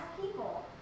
people